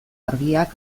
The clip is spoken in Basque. argiak